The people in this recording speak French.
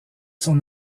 son